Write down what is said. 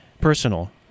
personal